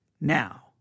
now